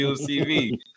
TV